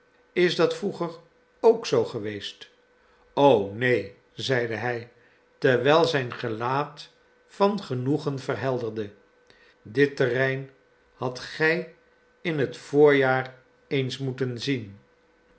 is dat vroeger ook zoo geweest o neen zeide hij terwijl zijn gelaat van genoegen verhelderde dit terrein hadt gij in het voorjaar eens moeten zien